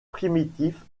primitif